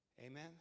Amen